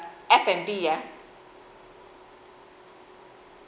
f and b ah